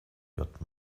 hört